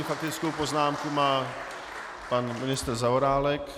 První faktickou poznámku má pan ministr Zaorálek.